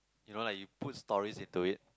you know lah you put stories into it